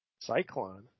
Cyclone